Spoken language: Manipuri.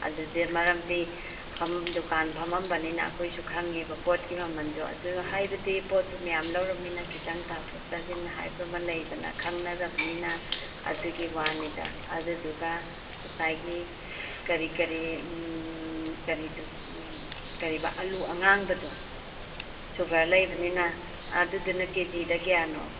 ꯑꯗꯨꯗꯤ ꯃꯔꯝꯗꯤ ꯗꯨꯀꯥꯟ ꯐꯝꯂꯝꯕꯅꯤꯅ ꯑꯩꯈꯣꯏꯁꯨ ꯈꯪꯉꯦꯕ ꯄꯣꯠꯀꯤ ꯃꯃꯟꯗꯣ ꯑꯗꯨ ꯍꯥꯏꯕꯗꯤ ꯄꯣꯠꯇꯨ ꯃꯌꯥꯝ ꯂꯧꯔꯕꯅꯤꯅ ꯈꯖꯤꯛꯇꯪ ꯇꯥꯊꯣꯛ ꯇꯥꯁꯤꯟ ꯍꯥꯏꯕ ꯑꯃ ꯂꯩꯗꯅ ꯈꯪꯅꯔꯕꯅꯤꯅ ꯑꯗꯨꯒꯤ ꯋꯥꯅꯤꯗ ꯑꯗꯨꯗꯨꯒ ꯉꯁꯥꯏꯒꯤ ꯀꯔꯤ ꯀꯔꯤ ꯎꯝ ꯀꯔꯤꯗꯣ ꯎꯝ ꯀꯔꯤꯌꯦꯕ ꯑꯂꯨ ꯑꯉꯥꯡꯕꯗꯣ ꯁꯨꯒꯔ ꯂꯩꯕꯅꯤꯅ ꯑꯗꯨꯗꯨꯅ ꯀꯦꯖꯤꯗ ꯀꯌꯥꯅꯣ